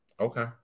Okay